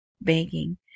begging